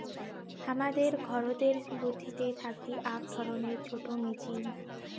হামাদের ঘরতের বুথিতে থাকি আক ধরণের ছোট মেচিন